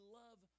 love